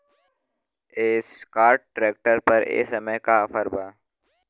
Escort tractor पर ए समय का ऑफ़र बा?